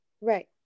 Right